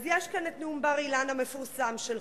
אז יש כאן נאום בר-אילן המפורסם שלך: